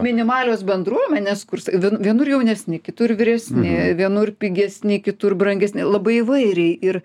minimalios bendruomenės kurs vienur jaunesni kitur vyresni vienur pigesni kitus brangesni labai įvairiai ir